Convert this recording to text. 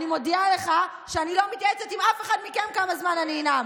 אני מודיעה לך שאני לא מתייעצת עם אף אחד מכם כמה זמן אני אנאם.